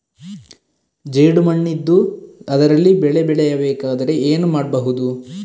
ಜೇಡು ಮಣ್ಣಿದ್ದು ಅದರಲ್ಲಿ ಬೆಳೆ ಬೆಳೆಯಬೇಕಾದರೆ ಏನು ಮಾಡ್ಬಹುದು?